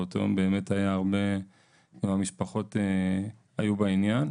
באותו יום באמת היה הרבה והמשפחות היו בעניין.